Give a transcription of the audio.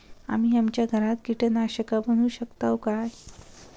आम्ही आमच्या घरात कीटकनाशका बनवू शकताव काय?